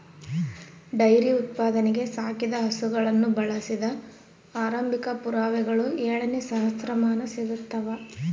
dairy ಉತ್ಪಾದನೆಗೆ ಸಾಕಿದ ಹಸುಗಳನ್ನು ಬಳಸಿದ ಆರಂಭಿಕ ಪುರಾವೆಗಳು ಏಳನೇ ಸಹಸ್ರಮಾನ ಸಿಗ್ತವ